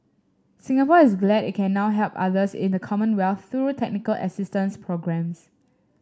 Singapore is glad it can now help others in the Commonwealth through technical assistance programmes